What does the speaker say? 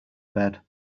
bed